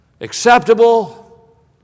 acceptable